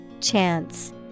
Chance